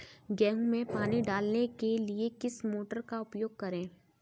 गेहूँ में पानी डालने के लिए किस मोटर का उपयोग करें?